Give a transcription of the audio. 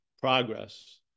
progress